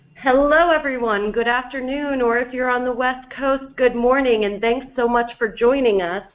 hello everyone good afternoon or if you're on the west coast good morning and thanks so much for joining us!